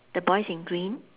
the boy is in green